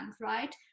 right